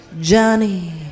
Johnny